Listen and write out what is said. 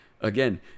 Again